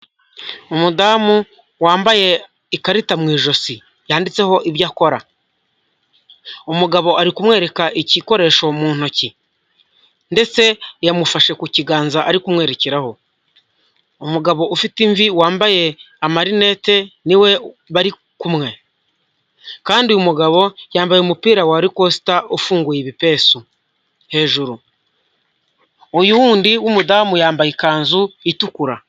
Umudamu wambaye ikarita mu ijosi yanditseho ibyo akora, umugabo ari kumwereka igikoresho mu ntoki ndetse yamufashe ku kiganza ari kumwerekeraho, umugabo ufite imvi wambaye amarinete niwe bari kumwe kandi uyu mugabo yambaye umupira wa rikosita ufunguye ibipesu hejuru, uyu wundi w'umudamu yambaye ikanzu itukura.